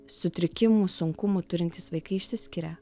sutrikimų sunkumų turintys vaikai išsiskiria